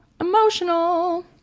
emotional